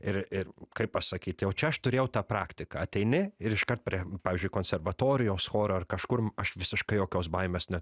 ir ir kaip pasakyti jau čia aš turėjau tą praktiką ateini ir iškart prie pavyzdžiui konservatorijos choro ar kažkur aš visiškai jokios baimės ne